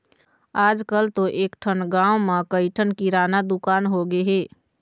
आजकल तो एकठन गाँव म कइ ठन किराना दुकान होगे हे